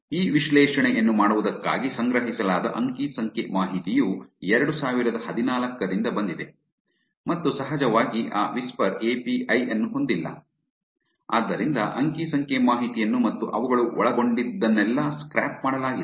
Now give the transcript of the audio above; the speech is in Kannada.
ಈ ವಿಶ್ಲೇಷಣೆಯನ್ನು ಮಾಡುವುದಕ್ಕಾಗಿ ಸಂಗ್ರಹಿಸಲಾದ ಅಂಕಿ ಸಂಖ್ಯೆ ಮಾಹಿತಿಯು 2014 ರಿಂದ ಬಂದಿದೆ ಮತ್ತು ಸಹಜವಾಗಿ ಆ ವಿಸ್ಪರ್ ಎಪಿಐ ಅನ್ನು ಹೊಂದಿಲ್ಲ ಆದ್ದರಿಂದ ಅಂಕಿ ಸಂಖ್ಯೆ ಮಾಹಿತಿಯನ್ನು ಮತ್ತು ಅವುಗಳು ಒಳಗೊಂಡಿದ್ದನೆಲ್ಲ ಸ್ಕ್ರ್ಯಾಪ್ ಮಾಡಲಾಗಿದೆ